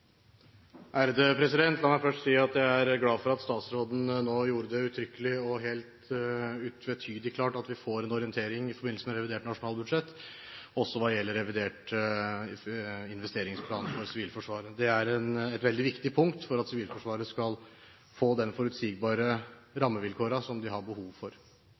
glad for at statsråden nå gjorde det uttrykkelig, og helt utvetydig, klart at vi får en orientering i forbindelse med revidert nasjonalbudsjett også hva gjelder revidert investeringsplan for Sivilforsvaret. Det er et veldig viktig punkt for at Sivilforsvaret skal få de forutsigbare rammevilkårene som de har behov for.